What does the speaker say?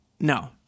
no